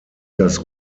das